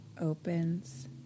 opens